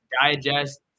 Digest